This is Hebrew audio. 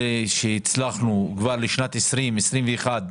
הצלחנו כבר לשנת 2021,